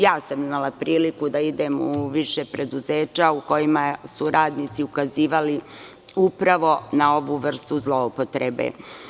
Ja sam imala priliku da idem u više preduzeća u kojima su radnici ukazivali upravo na ovu vrstu zloupotrebe.